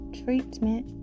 treatment